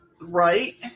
right